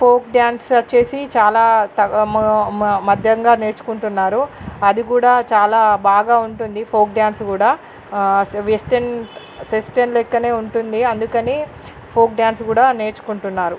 folk dance వచ్చేసి చాలా త మ మ మధ్యంగా నేర్చుకుంటున్నారు అది కూడా చాలా బాగా ఉంటుంది ఫోక్ డ్యాన్స్ కూడా సె వెస్ట్రన్ వెస్టెన్ లెక్కనే ఉంటుంది అందుకని ఫోక్ డ్యాన్సు కూడా నేర్చుకుంటున్నారు